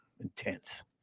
Intense